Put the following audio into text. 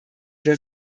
der